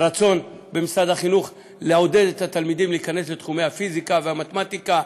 רצון במשרד החינוך לעודד את התלמידים להיכנס לתחומי הפיזיקה והמתמטיקה.